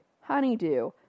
honeydew